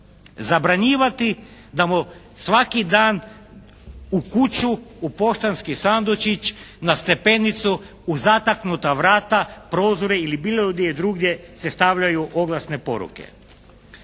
Zabranjivati da mu svaki dan u kuću, u poštanski sandučić, na stepenicu, u zataknuta vrata, prozore ili bilo gdje drugdje se stavljaju oglasne poruke.